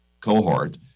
cohort